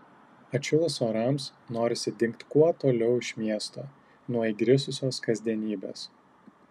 atšilus orams norisi dingt kuo toliau iš miesto nuo įgrisusios kasdienybės